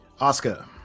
Oscar